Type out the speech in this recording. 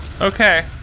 Okay